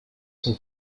sont